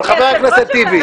חבר הכנסת טיבי,